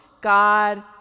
God